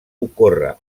ocorre